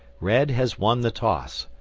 red has won the toss,